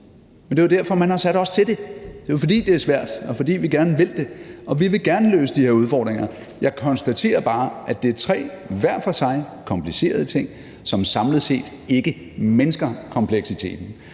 Men det er jo derfor, man har sat os til det – det er, fordi det er svært, og fordi vi gerne vil det. Og vi vil gerne løse de her udfordringer. Jeg konstaterer bare, at det er tre hver for sig komplicerede ting, som samlet set ikke mindsker kompleksiteten.